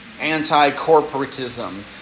Anti-corporatism